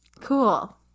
cool